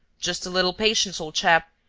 just a little patience, old chap.